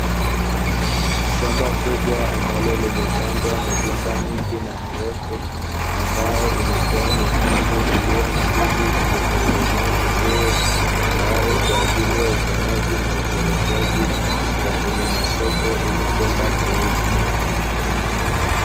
Shamba kubwa ambalo limepandwa migomba mingi na mirefu, ambayo imetoa mikungu iliyo na ndizi zilizokomaa vizuri, tayari kwa ajili ya uvunaji na upelekwaji wa kwenye masoko ili kwenda kuuzwa.